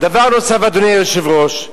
דבר נוסף, אדוני היושב-ראש,